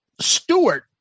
Stewart